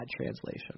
translation